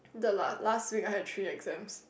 the last last week I had three exams